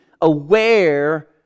aware